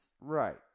Right